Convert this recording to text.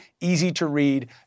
easy-to-read